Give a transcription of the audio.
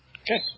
Okay